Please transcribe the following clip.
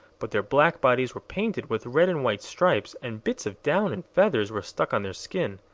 but their black bodies were painted with red and white stripes, and bits of down and feathers were stuck on their skin.